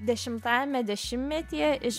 dešimtajame dešimmetyje iš